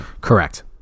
correct